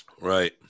Right